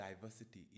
diversity